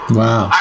wow